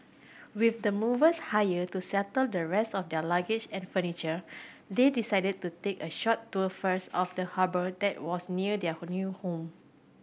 with the movers hired to settle the rest of their luggage and furniture they decided to take a short tour first of the harbour that was near their new home